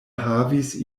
havis